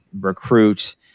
recruit